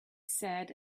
said